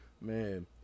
Man